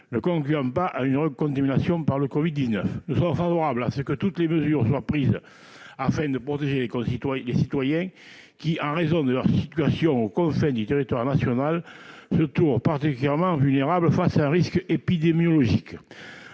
ne concluant pas à une recontamination par le Covid-19. Bien sûr, toutes les mesures doivent être prises pour protéger les citoyens qui, en raison de leur situation aux confins du territoire national, sont particulièrement vulnérables face à un risque épidémiologique.